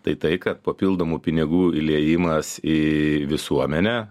tai tai kad papildomų pinigų įliejimas į visuomenę